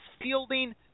fielding